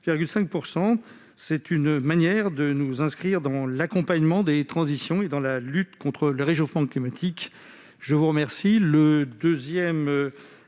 5,5 %. C'est une manière de nous inscrire dans l'accompagnement des transitions et dans la lutte contre le réchauffement climatique. L'amendement